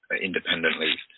independently